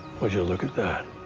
would you look at that.